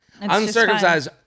uncircumcised